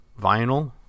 vinyl